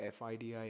FIDI